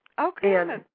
Okay